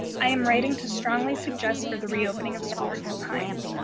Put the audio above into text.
i am writing to strongly suggest for the reopening of school full time.